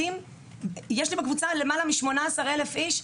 יש לי בקבוצה למעלה מ-18,000 איש,